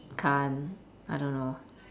can't I don't know